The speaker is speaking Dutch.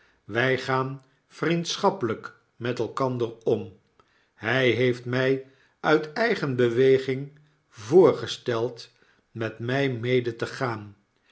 wjj gaan vriendschappelyk met elkander om hg heeft mfl uit eigen beweging voorgesteld met mfl mede te gaan